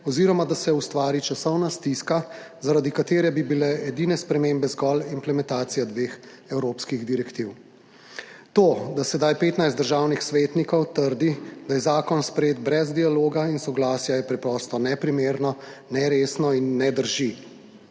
oziroma da se ustvari časovna stiska, zaradi katere bi bile edine spremembe zgolj implementacija dveh evropskih direktiv. To, da sedaj 15 državnih svetnikov trdi, da je zakon sprejet brez dialoga in soglasja, je preprosto neprimerno, neresno in ne drži.